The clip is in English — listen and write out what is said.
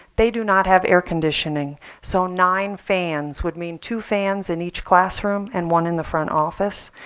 they do not have air conditioning. so nine fans would mean two fans in each classroom and one in the front office.